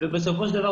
ובסופו של דבר,